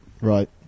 right